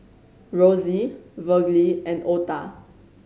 Rosie Virgle and Ota